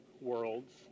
worlds